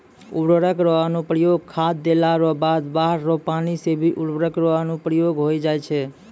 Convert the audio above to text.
उर्वरक रो अनुप्रयोग खाद देला रो बाद बाढ़ रो पानी से भी उर्वरक रो अनुप्रयोग होय जाय छै